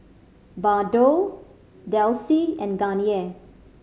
Bardot Delsey and Garnier